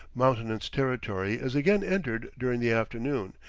mountainous territory is again entered during the afternoon,